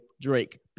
Drake